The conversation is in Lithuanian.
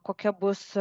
kokia bus